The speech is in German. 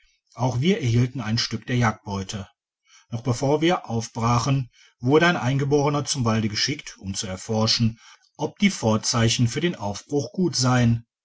auch wir erhielten ein stück der jagdbeute noch bevor wir aufbrachen wurde ein eingeborener zum walde geschickt um zu erforschen ob die vorzeichen für den aufbruch gut seien